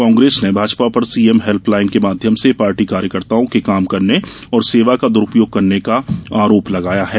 कांग्रेस ने भाजपा पर CM helpline के माध्यम से पार्टी कार्यकर्ताओं के काम करने और सेवा का द्रूपयोग करने का आरोप लगाया है